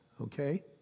okay